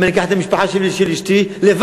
אם אני אקח את המשפחה שלי ושל אשתי לבד,